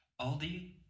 Aldi